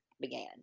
began